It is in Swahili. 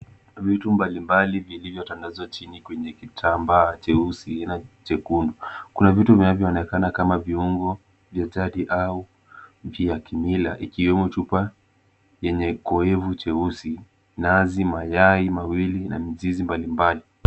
Vitu mbalimbali vilivyotandazwa chini kwenye kitambaa cheusi ina jekundu. Kuna vitu vinavyoonekana viungu vya jadi au vya kimila ikiwemo chupa yenye kioevu cheusi, nazi, mayai mawili na mizizi mbalimbali.